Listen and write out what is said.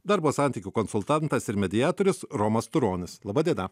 darbo santykių konsultantas ir mediatorius romas turonis laba diena